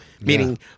meaning